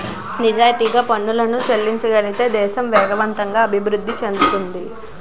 నిజాయితీగా పనులను చెల్లించగలిగితే దేశం వేగవంతంగా అభివృద్ధి చెందుతుంది